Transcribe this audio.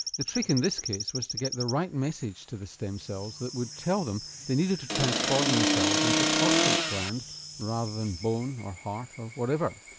the trick in this case was to get the right and message to the stem cells that would tell them they needed to transform themselves into a prostate gland rather than bone, or heart, or whatever.